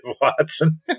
Watson